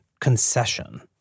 concession